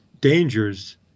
dangers